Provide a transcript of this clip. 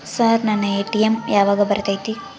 Sir ನನ್ನ ATM ಯಾವಾಗ ಬರತೈತಿ?